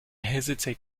hesitate